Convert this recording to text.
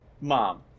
mom